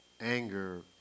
anger